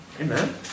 Amen